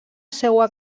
seua